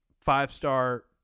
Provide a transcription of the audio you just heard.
five-star